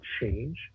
change